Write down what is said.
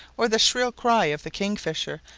or the shrill cry of the kingfisher,